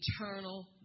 eternal